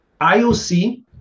IOC